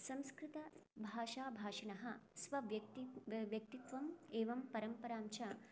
संस्कृतभाषाभाषिणः स्वव्यक्ति व्यक्तित्वम् एवं परम्पराञ्च